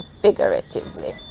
figuratively